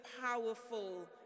powerful